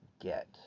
get